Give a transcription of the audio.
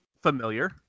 familiar